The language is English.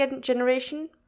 generation